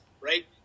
right